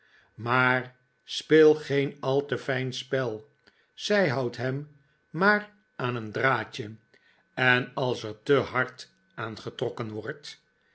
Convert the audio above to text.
maar speel geen al te fijn spel zij houdt hem maar aan een draadje en als er te hard aan getrokken wordt